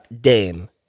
dame